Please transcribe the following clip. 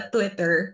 Twitter